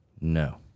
No